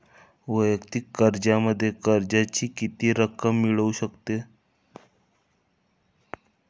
वैयक्तिक कर्जामध्ये कर्जाची किती रक्कम मिळू शकते?